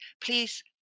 Please